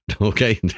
Okay